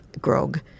grog